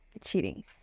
Cheating